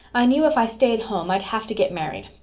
i knew if i stayed home i'd have to get married.